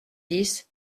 dix